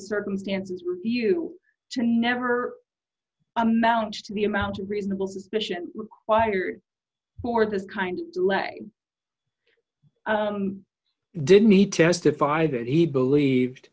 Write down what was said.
circumstances you can never amount to the amount of reasonable suspicion required for this kind of lay didn't need testify that he believed